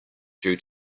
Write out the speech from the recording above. due